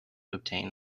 obtain